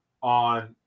on